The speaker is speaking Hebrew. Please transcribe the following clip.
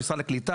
הם משרד הקליטה,